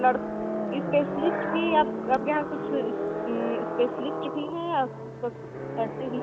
specialist भी आप आपके यहाँ पर कुछ स्पेशलिस्ट भी हैं या सब ऐसे ही